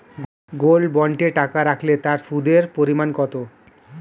Gold বন্ডে টাকা রাখলে তা সুদের পরিমাণ কত?